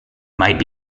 might